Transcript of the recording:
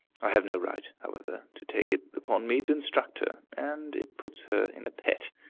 i have no right, however, to take it upon me to instruct her, and it puts her in a pet.